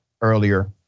earlier